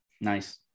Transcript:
nice